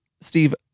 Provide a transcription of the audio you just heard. Steve